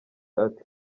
ati